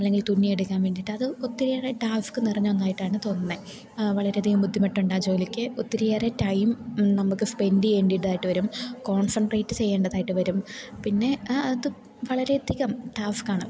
അല്ലെങ്കിൽ തുന്നിയെടുക്കാൻ വേണ്ടിയിട്ട് അത് ഒത്തിരിയേറെ ടാസ്ക് നിറഞ്ഞ ഒന്നായിട്ടാണ് തോന്നുന്നത് വളരെയധികം ബുദ്ധിമുട്ട് ഉണ്ട് ആ ജോലിക്ക് ഒത്തിരിയേറെ ടൈം നമുക്ക് സ്പെൻഡ് ചെയ്യേണ്ടിയതായിട്ട് വരും കോൺസൻട്രേറ്റ് ചെയ്യേണ്ടതായിട്ട് വരും പിന്നെ അത് വളരെയധികം ടാസ്ക്കാണ്